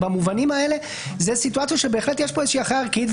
במובנים האלה זו סיטואציה שבהחלט יש פה איזושהי ערכאה ערכית,